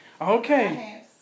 Okay